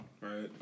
Right